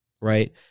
right